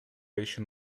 ишин